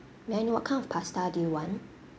may I know what kind of pasta do you want